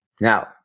Now